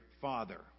father